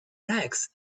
rags